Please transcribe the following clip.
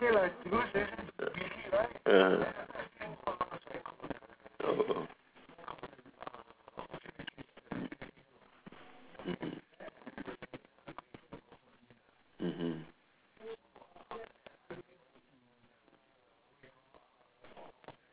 (uh huh) oh mmhmm mmhmm mm